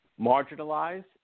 marginalized